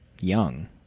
young